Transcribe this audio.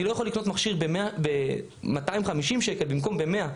אני לא יכול לקנות מכשיר ב-250 שקל במקום ב-100.